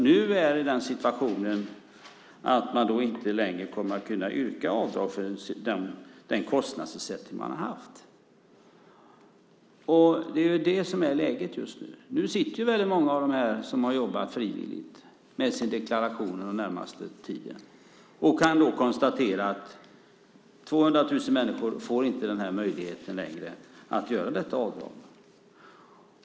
Nu är situationen den att man inte längre kommer att kunna yrka avdrag för den kostnadsersättning man har haft. Det är det som är läget just nu. Väldigt många av dem som har jobbat frivilligt kommer att sitta med sin deklaration under den närmaste tiden och kunna konstatera att 200 000 människor inte längre får möjligheten att göra detta avdrag.